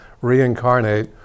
reincarnate